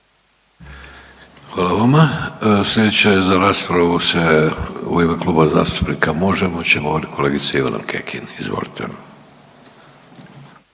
Hvala vama. Sljedeća je za raspravu se u ime Kluba zastupnika Možemo će govoriti kolegica Ivana Kekin. Izvolite.